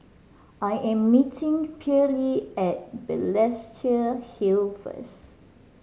I am meeting Pearley at Balestier Hill first